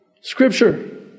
Scripture